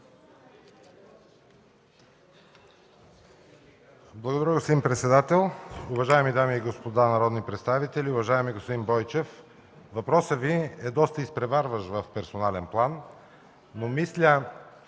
Благодаря, господин председател. Уважаеми дами и господа народни представители! Уважаеми господин Бойчев, въпросът Ви е доста изпреварващ в персонален план, но мисля